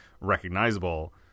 recognizable